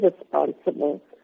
responsible